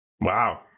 Wow